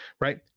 right